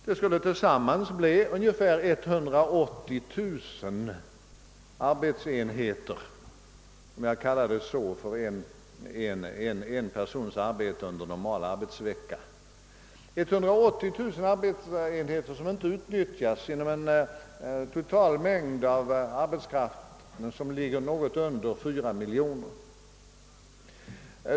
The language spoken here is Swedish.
Det skulle tillsammans bli ungefär 180 000 arbetsenheter, om jag använder detta uttryck för en persons arbete under en normal arbetsvecka. Det skulle vara 180 000 arbetsenheter som inte utnyttjas inom en total arbetskraftsmängd som ligger något under 4 miljoner.